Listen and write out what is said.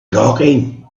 talking